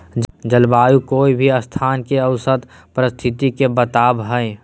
जलवायु कोय भी स्थान के औसत परिस्थिति के बताव हई